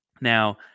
Now